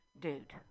dude